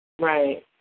Right